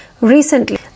recently